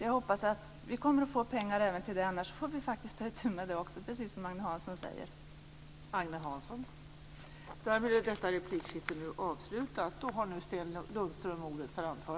Jag hoppas alltså att vi kommer att få pengar även till det, annars får vi faktiskt ta itu med det också, precis som Agne Hansson säger.